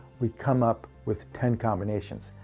we come up with ten combination,